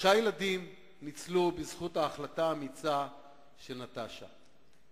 שלושה ילדים ניצלו בזכות ההחלטה האמיצה של נטשה.